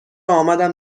آمدم